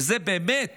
אלה באמת